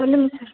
சொல்லுங்க சார்